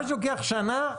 מה שלוקח שנה,